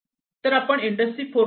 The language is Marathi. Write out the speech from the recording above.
तर आपण इंडस्ट्री 4